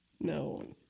No